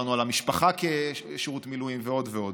דיברנו על המשפחה ושירות מילואים ועוד ועוד.